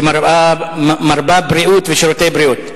ומרבה בריאות ושירותי בריאות,